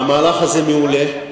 המהלך הזה מעולה.